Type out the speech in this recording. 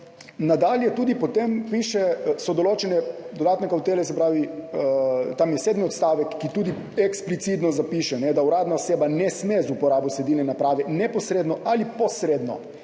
Nadalje so potem tudi določene dodatne kavtele, se pravi, tam je sedmi odstavek, ki tudi eksplicitno zapiše, da uradna oseba z uporabo sledilne naprave ne sme neposredno ali posredno